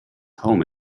home